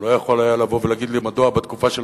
הוא לא יכול היה לבוא ולהגיד לי מדוע בתקופה של